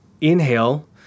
inhale